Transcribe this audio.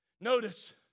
Notice